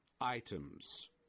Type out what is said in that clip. items